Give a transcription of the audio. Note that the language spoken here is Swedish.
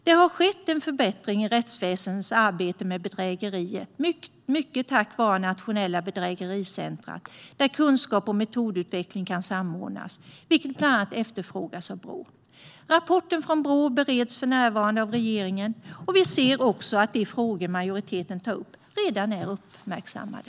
Det har skett en förbättring i rättsväsendets arbete med bedrägerier, mycket tack vare det nationella bedrägericentrumet, där kunskap och metodutveckling kan samordnas, vilket bland annat efterfrågats av Brå. Rapporten från Brå bereds för närvarande av regeringen. Vi ser också att de frågor majoriteten tar upp redan är uppmärksammade.